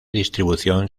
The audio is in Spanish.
distribución